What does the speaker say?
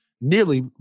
nearly